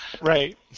Right